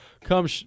come